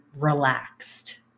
relaxed